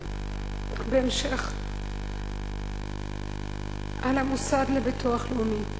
בהמשך על המוסד לביטוח לאומי,